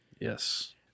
Yes